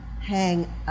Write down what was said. hang